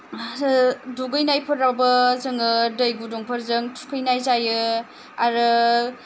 आरो दुगैनायफोरावबो जोङो दै गुदुंफोरजों थुखैनाय जायो आरो